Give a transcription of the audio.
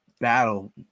battle